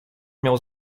miał